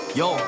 yo